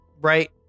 right